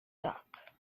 duck